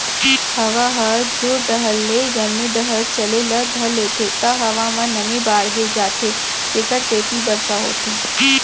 हवा ह जुड़ डहर ले गरमी डहर चले ल धर लेथे त हवा म नमी बाड़गे जाथे जेकर सेती बरसा होथे